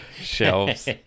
shelves